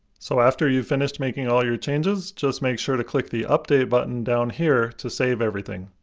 so after you've finished making all your changes, just make sure to click the update button down here to save everything.